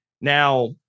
Now